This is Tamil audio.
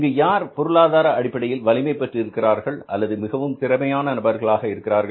இங்கு யார் பொருளாதார அடிப்படையில் வலிமை பெற்று இருக்கிறார்கள் அல்லது மிகவும் திறமையான நபர்களாக இருக்கிறார்கள்